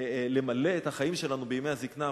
למלא את החיים שלנו בימי הזיקנה,